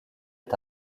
est